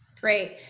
Great